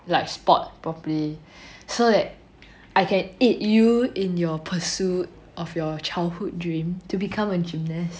like sport properly so that I can aid you in your pursuit of your childhood dream to become a gymnast